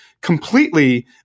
completely